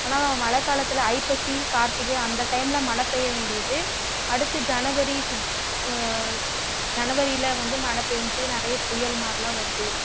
ஆனாலும் மழை காலத்தில் ஐப்பசி கார்த்திகை அந்த டைமில் மழை பெய்ய வேண்டியது அடுத்து ஜனவரி ஃபிப் ஸாரி ஜனவரியில் வந்து மழை பெஞ்சு நிறைய புயல் மாரிலாம் வருது